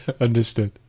Understood